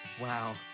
Wow